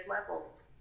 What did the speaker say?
levels